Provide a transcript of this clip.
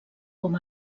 com